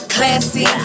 Classy